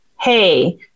hey